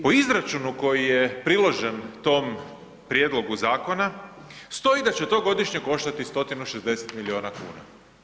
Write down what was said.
Po izračunu koji je priložen tom prijedlogu zakona, stoji da će to godišnje koštati 160 milijuna kuna.